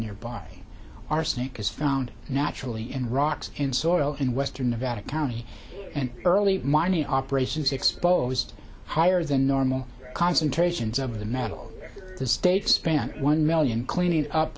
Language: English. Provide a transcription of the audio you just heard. nearby arsenic is found naturally in rocks in soil in western nevada county and early mining operations exposed higher than normal concentrations of the metal the state's ban one million cleaning up